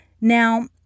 now